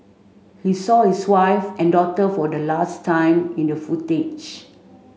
he saw his wife and daughter for the last time in the footage